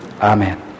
Amen